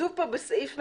כתוב פה בסעיף מדויק: